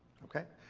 okay.